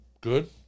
good